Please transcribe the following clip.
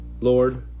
lord